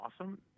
awesome